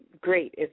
great